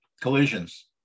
collisions